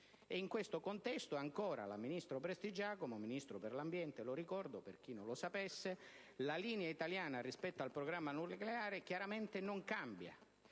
In questo contesto, ancora, la ministra Prestigiacomo (Ministro dell'ambiente: lo ricordo per chi non lo sapesse) sosteneva: «La linea italiana rispetto al programma nucleare chiaramente non cambia.